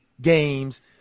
games